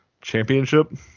championship